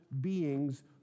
beings